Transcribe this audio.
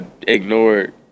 ignored